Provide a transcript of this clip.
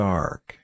Dark